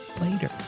later